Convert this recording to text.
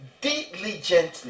diligently